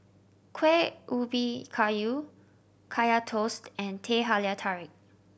Kueh Ubi Kayu Kaya Toast and Teh Halia Tarik